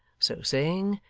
so saying,